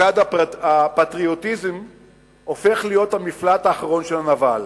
כיצד הפטריוטיזם הופך להיות המפלט האחרון של הנבל.